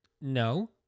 no